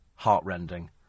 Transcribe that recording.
Heartrending